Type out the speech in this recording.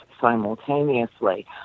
simultaneously